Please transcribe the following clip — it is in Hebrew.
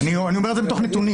אני אומר את זה מתוך נתונים.